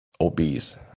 Obese